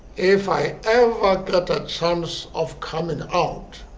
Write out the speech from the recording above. if i ever get a chance of coming out,